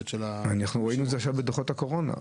אנחנו רואים את זה עכשיו עם דוחות הקורונה.